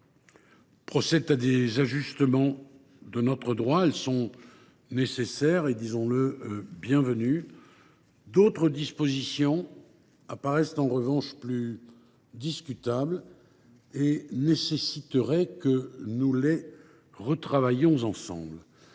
représentent des ajustements de notre droit. Elles sont nécessaires et, disons le, bienvenues. D’autres dispositions apparaissent en revanche plus discutables et exigent que nous les retravaillions ensemble